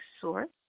source